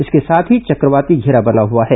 इसके साथ ही चक्रवाती घेरा बना हुआ है